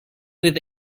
with